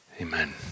Amen